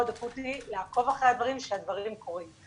אקוטי לעקוב אחרי הדברים שהדברים קורים,